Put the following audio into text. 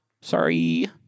sorry